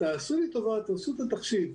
תעשו לי טובה, תעשו את התחשיב.